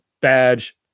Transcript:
badge